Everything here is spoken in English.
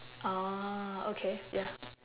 orh okay ya